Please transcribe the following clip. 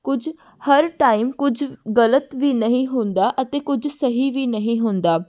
ਕੁਝ ਹਰ ਟਾਈਮ ਕੁਝ ਗਲਤ ਵੀ ਨਹੀਂ ਹੁੰਦਾ ਅਤੇ ਕੁਝ ਸਹੀ ਵੀ ਨਹੀਂ ਹੁੰਦਾ